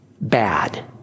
bad